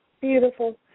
Beautiful